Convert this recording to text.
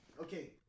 okay